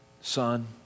Son